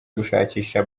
gushakisha